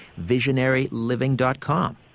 visionaryliving.com